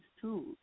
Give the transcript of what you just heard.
tools